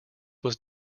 was